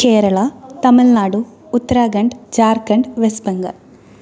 Kerala Tamil Nadu Uttarakhand Jharkhand west Bengal